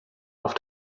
auf